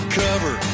cover